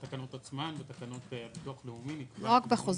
גם בתקנות הביטוח הלאומי עצמן נקבעים הדברים.